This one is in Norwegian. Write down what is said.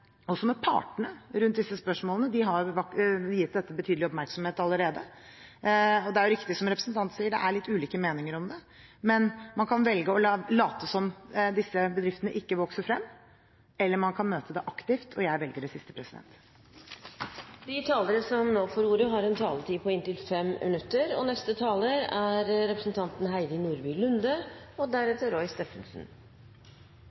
partene rundt disse spørsmålene, de har gitt dette betydelig oppmerksomhet allerede. Det er jo riktig som representanten sier, det er ulike meninger om det, men man kan velge å late som at disse bedriftene ikke vokser frem, eller man kan møte det aktivt. Jeg velger det siste. Som interpellanten selv er inne på, er «delingsøkonomi» et samlebegrep som brukes om ulike måter å ta i bruk ledige ressurser og